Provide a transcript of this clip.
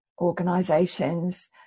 organizations